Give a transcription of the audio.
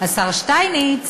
השר שטייניץ,